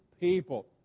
people